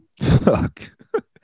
Fuck